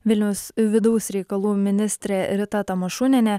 vilniaus vidaus reikalų ministrė rita tamašunienė